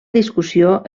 discussió